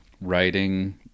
writing